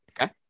Okay